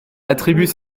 attribuent